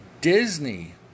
Disney